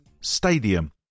Stadium